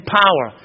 power